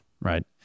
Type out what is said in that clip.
right